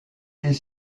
est